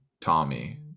Tommy